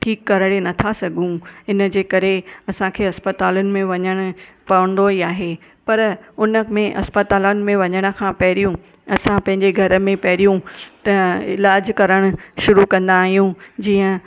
ठीकु करे नथा सघूं हिनजे करे असांखे अस्पतामुनि में वञण पवंदो ई आहे पर उनमें अस्पतामुनि में वञण खां पहिरियूं असां पंहिंजे घर में पहिरियूं त इलाज करण शुरू कंदा आहियूं जीअं